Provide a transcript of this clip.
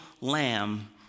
lamb